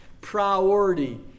priority